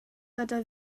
gyda